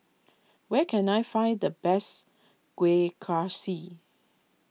where can I find the best Kueh Kaswi